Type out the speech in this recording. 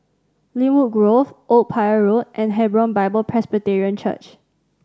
Lynwood Grove Old Pier Road and Hebron Bible Presbyterian Church